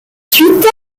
suite